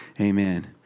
amen